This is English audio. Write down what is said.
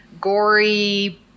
gory